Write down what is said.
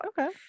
Okay